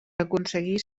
aconseguí